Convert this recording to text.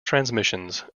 transmissions